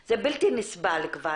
זה בלתי נסבל כבר.